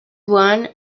one